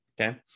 Okay